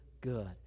good